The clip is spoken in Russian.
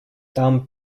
там